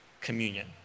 communion